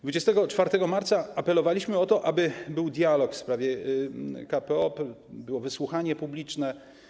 24 marca apelowaliśmy o to, aby był dialog w sprawie KPO, by było wysłuchanie publiczne.